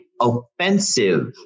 offensive